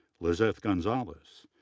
lizeth gonzalez,